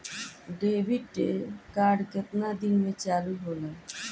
Debit card केतना दिन में चालु होला?